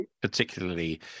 particularly